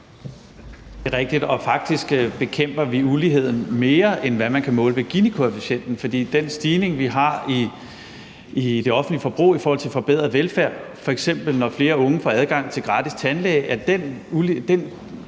Det er rigtigt, og faktisk bekæmper vi uligheden mere, end hvad man kan måle ved Ginikoefficienten, for den stigning, vi har, i det offentlige forbrug i forhold til forbedret velfærd – f.eks. når flere unge får adgang til gratis tandlæge, og den